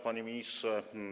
Panie Ministrze!